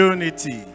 Unity